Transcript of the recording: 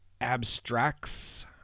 Abstracts